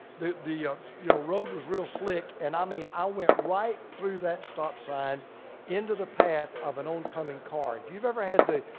the the you know road was real slick. and i mean, i went right through that stop sign into the path of an oncoming car. if you've ever had a,